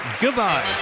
Goodbye